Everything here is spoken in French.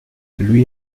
lui